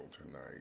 tonight